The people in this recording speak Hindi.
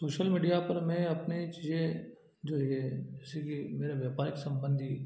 सोशल मीडिया पर मैं अपने चीज़ें जो हैं इसीलिए मेरा व्यापार सम्बन्धी